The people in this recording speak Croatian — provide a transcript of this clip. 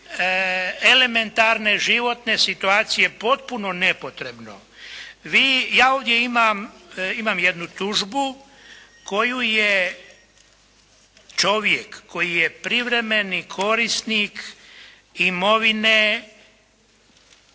elementarne životne situacije potpuno nepotrebno. Vi, ja ovdje imam jednu tužbu koju je čovjek koji je privremeni korisnik imovine